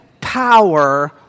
power